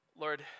Lord